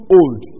old